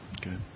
Good